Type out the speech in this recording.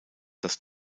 das